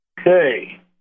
okay